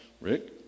Rick